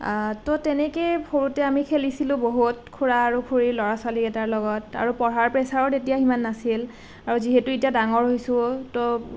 তো তেনেকেই সৰুতে আমি খেলিছিলোঁ বহুত খুৰা আৰু খুৰীৰ ল'ৰা ছোৱালীকেইটাৰ লগত আৰু পঢ়াৰ প্ৰেছাৰো তেতিয়া সিমান নাছিল আৰু যিহেতু এতিয়া ডাঙৰ হৈছোঁ তো